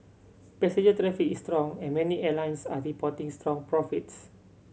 passenger traffic is strong and many airlines are reporting strong profits